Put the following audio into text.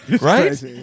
right